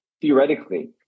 theoretically